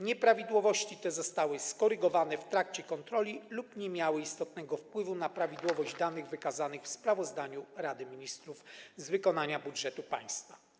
Nieprawidłowości te zostały skorygowane w trakcie kontroli lub nie miały istotnego wpływu na prawidłowość danych wykazanych w sprawozdaniu Rady Ministrów z wykonania budżetu państwa.